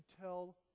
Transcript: tell